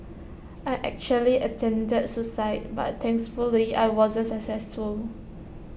I actually attempted suicide but thankfully I wasn't successful